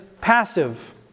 passive